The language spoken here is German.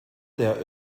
der